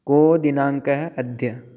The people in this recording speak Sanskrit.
को दिनाङ्कः अद्य